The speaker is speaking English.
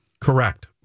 Correct